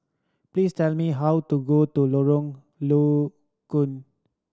please tell me how to go to Lorong Low Koon